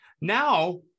now